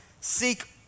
seek